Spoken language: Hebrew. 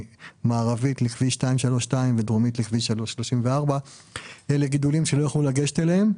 מערבית לכביש 232 ודרומית לכביש 34. אלה גידולים שלא יכלו לגשת אליהם,